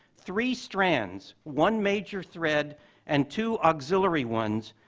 three strands, one major thread and two auxiliary ones,